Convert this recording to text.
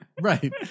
Right